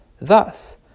Thus